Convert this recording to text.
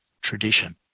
tradition